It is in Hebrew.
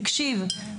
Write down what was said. תקשיב,